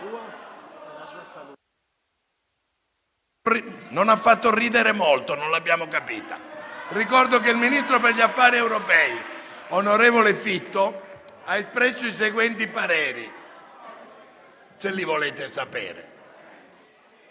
non ha fatto ridere molto, non l'abbiamo capita! *(Ilarità).* Ricordo che il ministro per gli affari europei, onorevole Fitto, ha espresso i seguenti pareri: ha accettato